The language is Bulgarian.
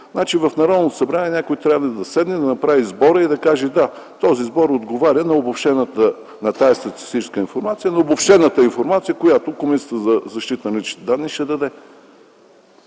в Народното събрание някой трябва да седне, да направи сбора и да каже: да, този сбор отговаря на тая статистическа информация, на обобщената информация, която Комисията за защита на личните данни ще даде.